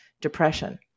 depression